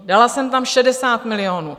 Dala jsem tam 60 milionů.